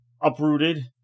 uprooted